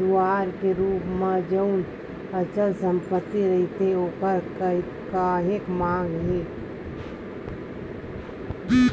दुवार के रुप म जउन अचल संपत्ति रहिथे ओखर काहेक मांग हे